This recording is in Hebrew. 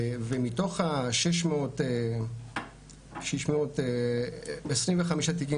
ומתוך ה-625 תיקים